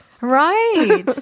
Right